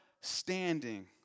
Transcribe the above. standing